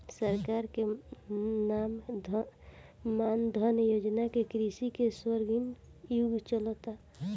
सरकार के मान धन योजना से कृषि के स्वर्णिम युग चलता